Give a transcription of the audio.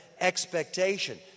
expectation